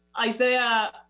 Isaiah